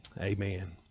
Amen